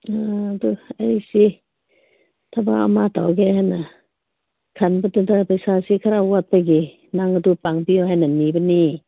ꯑꯗꯣ ꯑꯩꯁꯤ ꯊꯕꯛ ꯑꯃ ꯇꯧꯒꯦ ꯍꯥꯏꯅ ꯈꯟꯕꯗꯨꯗ ꯄꯩꯁꯥꯁꯤ ꯈꯔꯥ ꯋꯥꯠꯄꯒꯤ ꯅꯪ ꯑꯗꯨ ꯄꯥꯡꯕꯤꯌꯣ ꯍꯥꯏꯅ ꯅꯤꯕꯅꯦ